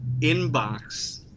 inbox